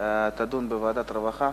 יידון בוועדת העבודה והרווחה,